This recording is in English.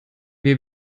wir